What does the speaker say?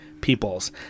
peoples